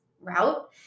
route